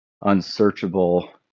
unsearchable